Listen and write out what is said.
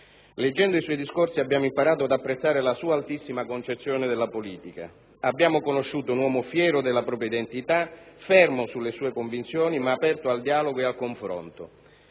Leggendo i suoi discorsi abbiamo imparato ad apprezzare la sua altissima concezione della politica. Abbiamo conosciuto un uomo fiero della propria identità, fermo sulle sue convinzioni, ma aperto al dialogo e al confronto.